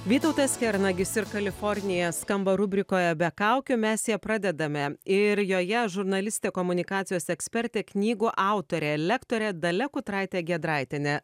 vytautas kernagis ir kalifornija skamba rubrikoje be kaukių mes ją pradedame ir joje žurnalistė komunikacijos ekspertė knygų autorė lektorė dalia kutraitė giedraitienė